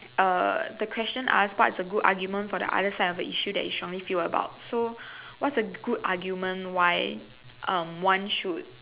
uh the question asked what's a good argument for the other side of a issue that you feel strongly about so what's a good argument why um one should